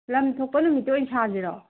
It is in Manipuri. ꯂꯝ ꯊꯣꯛꯄ ꯅꯨꯃꯤꯠꯇ ꯑꯣꯏ ꯁꯥꯁꯤꯔꯣ